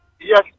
Yes